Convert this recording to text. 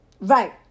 Right